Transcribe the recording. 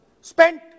spent